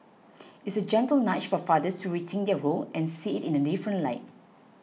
it's a gentle nudge for fathers to rethink their role and see it in a different light